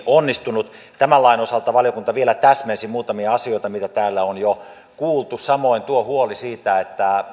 onnistunut tämän lain osalta valiokunta vielä täsmensi muutamia asioita mitä täällä on jo kuultu samoin tuo huoli siitä että